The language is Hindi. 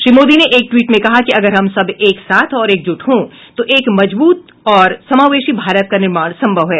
श्री मोदी ने एक ट्वीट में कहा कि अगर हम सब एक साथ और एकजुट हों तो एक मजबूत और समावेशी भारत का निर्माण सम्भव है